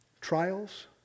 Trials